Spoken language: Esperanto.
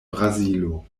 brazilo